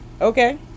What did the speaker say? Okay